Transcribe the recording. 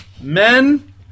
men